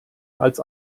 als